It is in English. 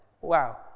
wow